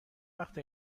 وقته